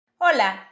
Hola